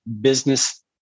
business